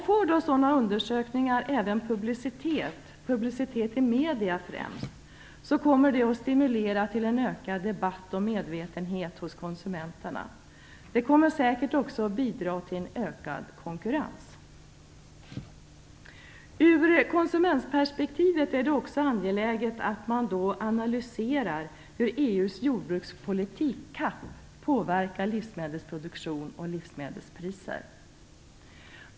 Får sådana undersökningar även publicitet främst i medierna, kommer det att stimulera till en ökad debatt och medvetenhet hos konsumenterna. Det kommer säkert också att bidra till en ökad konkurrens. Ur konsumentperspektiv är det också angeläget att man analyserar hur EU:s jordbrukspolitik, CAP, påverkar livsmedelsproduktion och livsmedelspriser.